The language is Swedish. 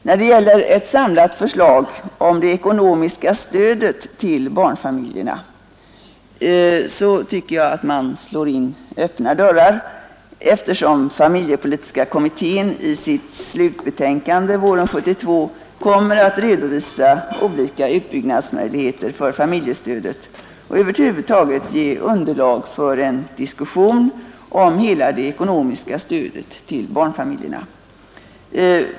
När det gäller ett samlat förslag om det ekonomiska stödet till barnfamiljerna, tycker jag att man slår in öppna dörrar, eftersom familjepolitiska kommittén i sitt slutbetänkande våren 1972 kommer att redovisa olika utbyggnadsmöjligheter för familjestödet och över huvud taget ge underlag för en diskussion om hela det ekonomiska stödet till barnfamiljerna.